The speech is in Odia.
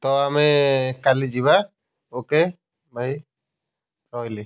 ତ ଆମେ କାଲି ଯିବା ଓକେ ଭାଇ ରହିଲି